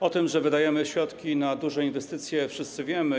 O tym, że wydajemy środki na duże inwestycje, wszyscy wiemy.